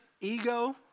ego